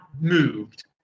moved